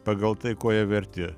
pagal tai ko jie verti